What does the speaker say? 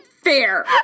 Fair